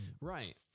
Right